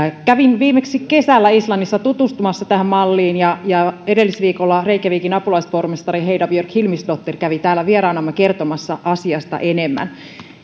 kävin viimeksi kesällä islannissa tutustumassa tähän malliin ja ja edellisviikolla reykjavikin apulaispormestari heida björg hilmisdottir kävi täällä vieraanamme kertomassa asiasta enemmän